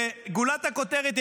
וגולת הכותרת,